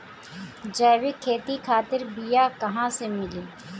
जैविक खेती खातिर बीया कहाँसे मिली?